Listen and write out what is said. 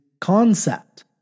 concept